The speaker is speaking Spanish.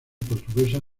portuguesa